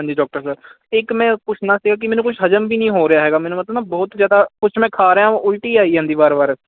ਹਾਂਜੀ doctor sir ਇੱਕ ਮੈਂ ਪੁੱਛਣਾ ਸੀਗਾ ਕਿ ਮੈਨੂੰ ਕੁਛ ਹਜ਼ਮ ਵੀ ਨਹੀਂ ਹੋ ਰਿਹਾ ਹੈਗਾ ਮੈਨੂੰ ਮਤਲਬ ਨਾ ਬਹੁਤ ਜ਼ਿਆਦਾ ਕੁਛ ਮੈਂ ਖਾ ਰਿਹਾ ਉਲਟੀ ਆਈ ਜਾਂਦੀ ਵਾਰ ਵਾਰ